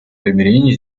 примирения